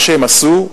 מה שהם עשו,